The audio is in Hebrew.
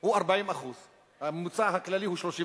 הוא 40%. הממוצע הכללי 32%-31%.